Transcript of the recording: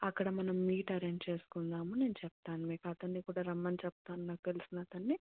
అక్కడ మనం meet arrange చేసుకుందాము నేను చెప్తాను మీకు అతన్ని కూడా రమ్మని చెప్తాను నాకు తెలిసిన అతన్ని